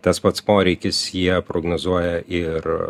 tas pats poreikis jie prognozuoja ir